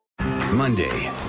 Monday